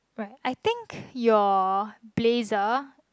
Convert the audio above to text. right I think your blazer